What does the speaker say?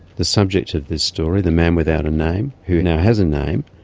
the subject of this story, the man without a name, who now has a name.